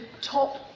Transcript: Top